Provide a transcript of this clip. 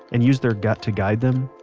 and use their gut to guide them,